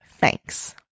Thanks